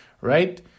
right